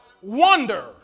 Wonder